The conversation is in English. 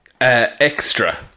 extra